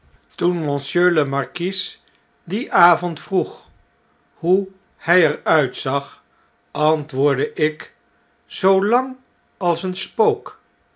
monsieur le marquis dien avond vroeg hoe luj er uitzag antwoordde ik zoo lang als een spook